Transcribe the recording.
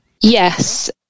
Yes